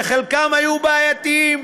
שחלקם היו בעייתיים.